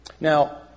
Now